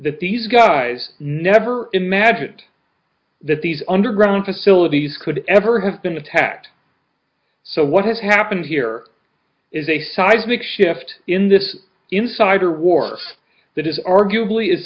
that these guys never imagined that these underground facilities could ever have been attacked so what has happened here is a seismic shift in this insider war that is arguably as